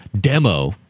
demo